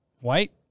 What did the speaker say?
white